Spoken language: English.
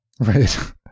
Right